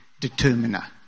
determiner